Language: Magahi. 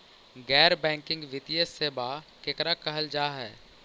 गैर बैंकिंग वित्तीय सेबा केकरा कहल जा है?